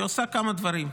היא עושה כמה דברים: